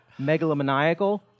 megalomaniacal